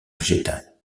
végétales